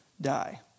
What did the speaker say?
die